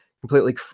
completely